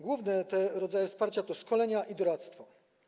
Główne rodzaje wsparcia to szkolenia i doradztwo.